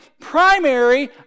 primary